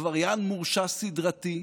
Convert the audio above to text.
עבריין מורשע סדרתי,